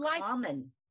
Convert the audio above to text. common